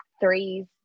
threes